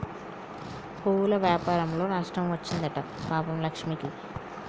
పువ్వుల వ్యాపారంలో నష్టం వచ్చింది అంట పాపం లక్ష్మికి